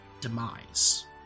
Demise